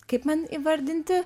kaip man įvardinti